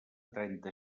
trenta